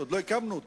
עוד לא הקמנו אותה.